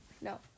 no